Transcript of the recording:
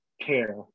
care